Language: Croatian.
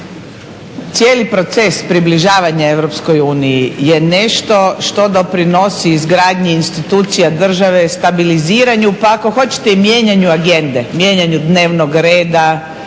cijeli proces približavanja EU nešto što doprinosi izgradnji institucija države, stabiliziranju pa ako hoćete i mijenjanju agende, mijenjanju dnevnog reda